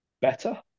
better